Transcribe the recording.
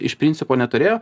iš principo neturėjo